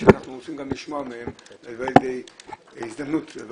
אנחנו רוצים לשמוע מהם וזו הזדמנות להביא